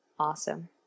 awesome